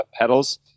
pedals